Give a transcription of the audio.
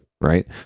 right